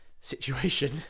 situation